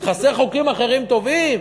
חסר חוקים אחרים טובים?